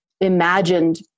imagined